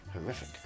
Horrific